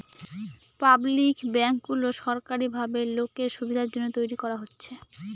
public ব্যাঙ্কগুলো সরকারি ভাবে লোকের সুবিধার জন্য তৈরী করা হচ্ছে